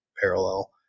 parallel